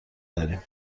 داریم